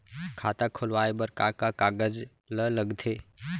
खाता खोलवाये बर का का कागज ल लगथे?